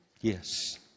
Yes